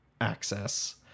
access